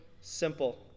simple